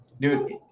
dude